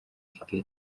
kigali